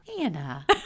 Anna